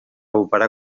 operar